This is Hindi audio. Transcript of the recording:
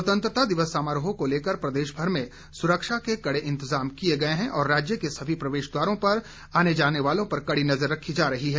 स्वतंत्रता दिवस समारोह को लेकर प्रदेशभर में सुरक्षा के कड़े इंतजाम किए गए हैं और राज्य के सभी प्रवेश द्वारों पर आने जाने वालों पर कड़ी नज़र रखी जा रही है